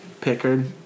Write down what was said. Pickard